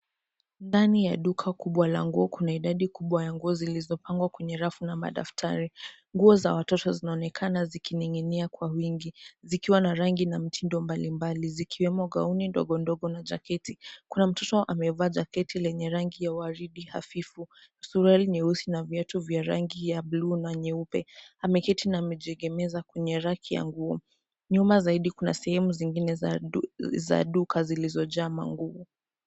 Ndani ya duka kubwa la nguo kuna idadi kubwa ya nguo zilizopangwa kwenye rafu na madaftari. Nguo za watoto zinaonekana zikiningi'inia kwa wingi zikiwa na rangi na mitindo mbalimbali zikiwemo gauni ndogondogo na jaketi . Kuna mtoto amevaa jaketi lenye rangi ya waridi hafifu, suruali nyeusi na viatu vya rangi ya blue na nyeupe. Ameketi na amejiegemeza kwenye raki ya nguo. Nyuma zaidi kuna sehemu zingine za duka zilizojaa manguo.